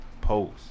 post